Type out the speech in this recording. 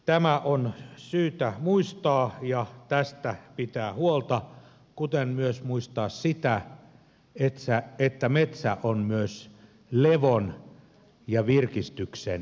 tämä on syytä muistaa ja tästä pitää huolta kuten on syytä muistaa myös se että metsä on myös levon ja virkistykseen